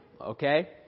Okay